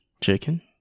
Chicken